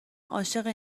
عاشق